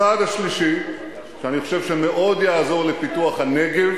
הצעד השלישי, שאני חושב שמאוד יעזור לפיתוח הנגב,